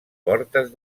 fortes